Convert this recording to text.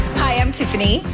hi, i'm tiffany.